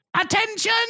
Attention